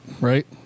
right